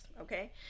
okay